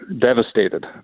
devastated